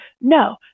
No